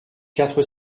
quatre